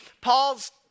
Paul's